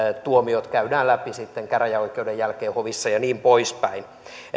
tuomiot käydään läpi sitten käräjäoikeuden jälkeen hovissa ja niin poispäin